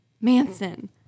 Manson